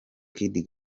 kid